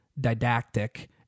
didactic